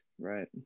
right